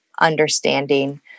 understanding